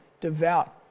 devout